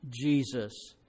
Jesus